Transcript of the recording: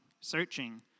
searching